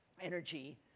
energy